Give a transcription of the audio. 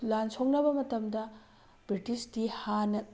ꯂꯥꯟ ꯁꯣꯛꯅꯕ ꯃꯇꯝꯗ ꯕ꯭ꯔꯤꯇꯤꯁꯇꯤ ꯍꯥꯟꯅ